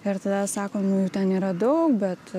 ir tada sako nu ten yra daug bet